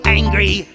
angry